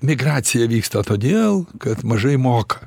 migracija vyksta todėl kad mažai moka